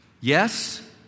Yes